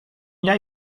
jij